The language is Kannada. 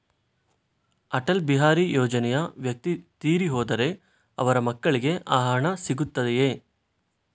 ಅಟಲ್ ಬಿಹಾರಿ ಯೋಜನೆಯ ವ್ಯಕ್ತಿ ತೀರಿ ಹೋದರೆ ಅವರ ಮಕ್ಕಳಿಗೆ ಆ ಹಣ ಸಿಗುತ್ತದೆಯೇ?